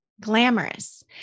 glamorous